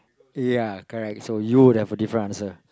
ya correct so you would have a different answer